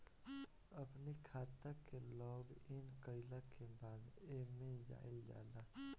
अपनी खाता के लॉगइन कईला के बाद एमे जाइल जाला